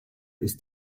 ist